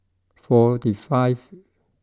forty five